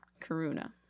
Karuna